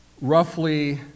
roughly